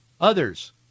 others